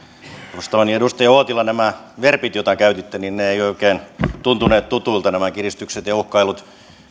arvostamani edustaja uotila nämä verbit joita käytitte eivät oikein tuntuneet tutuilta nämä kiristykset ja uhkailut